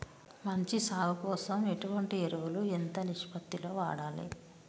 మంచి సాగు కోసం ఎటువంటి ఎరువులు ఎంత నిష్పత్తి లో వాడాలి?